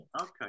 Okay